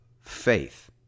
faith